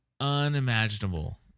unimaginable